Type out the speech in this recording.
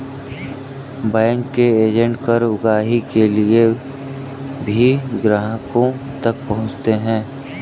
bank के agent कर उगाही के लिए भी ग्राहकों तक पहुंचते हैं